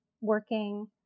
working